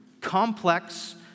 complex